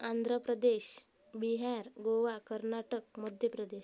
Andhra Pradesh Bihar Goa Karnataka Madhya Pradesh